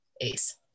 ace